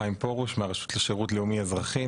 חיים פורוש מהשירות לשירות לאומי אזרחי,